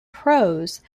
prose